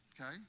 Okay